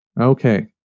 Okay